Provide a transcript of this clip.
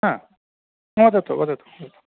ह वदतु वदतु